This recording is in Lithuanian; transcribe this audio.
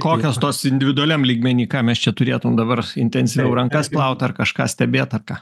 kokios tos individualiam lygmeny ką mes čia turėtume dabar intensyviau rankas plaut ar kažką stebėt ar ką